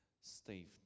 Steve